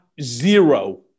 zero